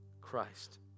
Christ